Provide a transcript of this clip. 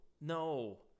no